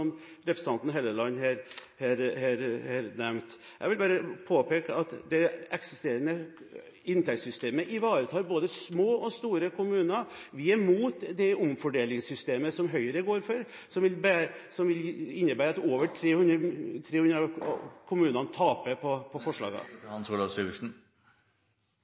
representanten Helleland nevnte her. Jeg vil bare påpeke at det eksisterende inntektssystemet ivaretar både små og store kommuner. Vi er imot det omfordelingssystemet som Høyre går for, som vil innebære at over 300 kommuner taper på